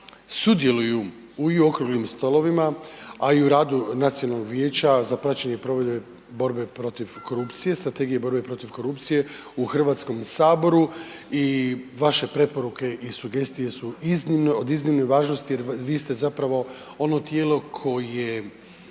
sudjeluju i u okruglim stolovima a i u radu Nacionalnog vijeća za praćenje provedbe borbe protiv korupcije, strategije borbe protiv korupcije u Hrvatskom saboru i vaše preporuke i sugestije su od iznimne važnosti jer vi ste zapravo ono tijelo koje